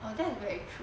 oh that's very true